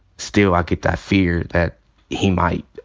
still, i get that fear that he might,